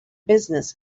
business